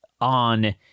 on